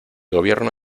gobierno